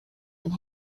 and